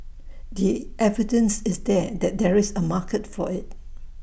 the evidence is there that there is A market for IT